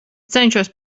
cenšos